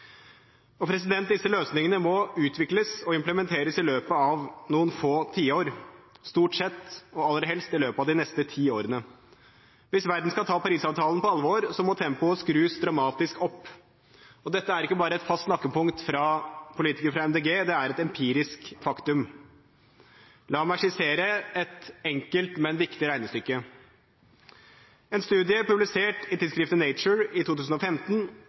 Disse løsningene må utvikles og implementeres i løpet av noen få tiår, stort sett, og aller helst i løpet av de neste ti årene. Hvis verden skal ta Paris-avtalen på alvor, må tempoet skrus dramatisk opp. Dette er ikke bare et fast snakkepunkt fra politikere fra Miljøpartiet De Grønne, det er et empirisk faktum. La meg skissere et enkelt, men viktig regnestykke: En studie publisert i tidsskriftet Nature i 2015